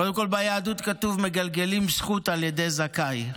קודם כול, ביהדות כתוב: מגלגלים זכות על ידי זכאי.